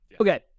Okay